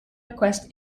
request